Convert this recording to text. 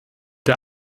der